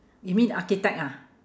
you mean architect ah